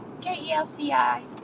K-E-L-C-I